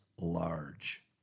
large